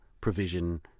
provision